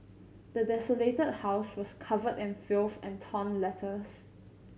the desolated house was covered in filth and torn letters